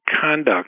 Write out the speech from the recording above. conduct